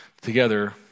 together